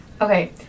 okay